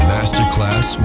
Masterclass